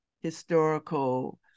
historical